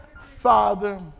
Father